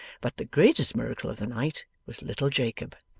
but the greatest miracle of the night was little jacob,